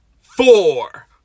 four